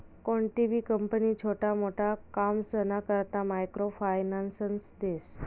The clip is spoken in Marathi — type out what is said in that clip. कोणतीबी कंपनी छोटा मोटा कामसना करता मायक्रो फायनान्स देस